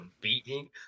beating